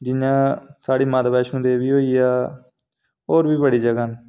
जि'यां साढ़ी माता बैश्णो देवी होई गेआ होर बी बड़ी जगहं न